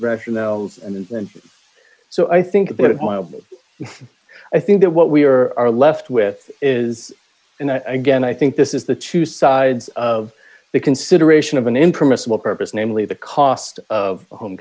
rationales and so i think that while i think that what we are are left with is and i again i think this is the two sides of the consideration of an impermissible purpose namely the cost of home